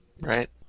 Right